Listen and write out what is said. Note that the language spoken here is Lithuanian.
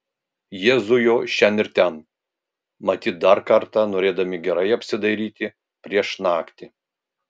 jie zujo šen ir ten matyt dar kartą norėdami gerai apsidairyti prieš naktį